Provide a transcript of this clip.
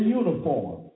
uniform